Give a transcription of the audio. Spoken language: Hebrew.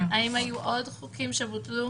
האם היו מאז עוד חוקים שבוטלו?